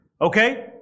Okay